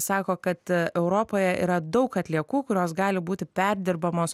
sako kad europoje yra daug atliekų kurios gali būti perdirbamos